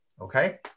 Okay